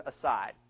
aside